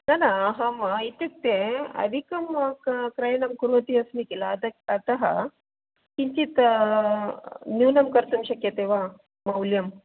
न न अहम् इत्युक्ते अदिकं क्रयणं कुर्वती अस्मि खिल अतः किञ्चित् न्यूनं कर्तुं शक्यते वा मौल्यम्